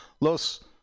los